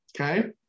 okay